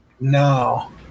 No